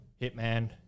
Hitman